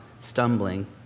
stumbling